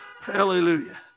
Hallelujah